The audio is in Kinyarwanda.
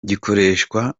gikoreshwa